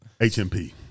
HMP